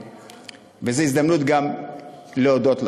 זו הזדמנות גם להודות לכם.